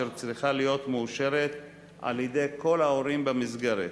אשר צריכה להיות מאושרת על-ידי כל ההורים במסגרת.